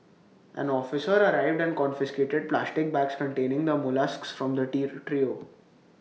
an officer arrived and confiscated plastic bags containing the molluscs from the trio